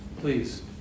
please